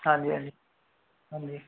ਹਾਂਜੀ ਹਾਂਜੀ ਹਾਂਜੀ